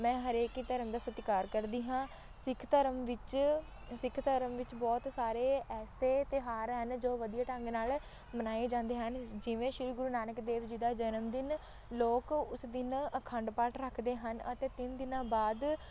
ਮੈਂ ਹਰੇਕ ਹੀ ਧਰਮ ਦਾ ਸਤਿਕਾਰ ਕਰਦੀ ਹਾਂ ਸਿੱਖ ਧਰਮ ਵਿੱਚ ਸਿੱਖ ਧਰਮ ਵਿੱਚ ਬਹੁਤ ਸਾਰੇ ਐਸੇ ਤਿਉਹਾਰ ਹਨ ਜੋ ਵਧੀਆ ਢੰਗ ਨਾਲ ਮਨਾਏ ਜਾਂਦੇ ਹਨ ਜਿਵੇਂ ਸ਼੍ਰੀ ਗੁਰੂ ਨਾਨਕ ਦੇਵ ਜੀ ਦਾ ਜਨਮਦਿਨ ਲੋਕ ਉਸ ਦਿਨ ਅਖੰਡ ਪਾਠ ਰੱਖਦੇ ਹਨ ਅਤੇ ਤਿੰਨ ਦਿਨਾਂ ਬਾਅਦ